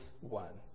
one